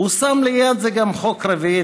והוא שם ליד זה גם חוק רביעי,